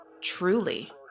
Truly